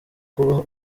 kuba